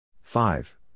five